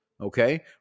Okay